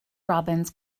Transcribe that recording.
robins